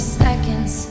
seconds